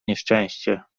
nieszczęście